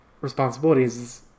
responsibilities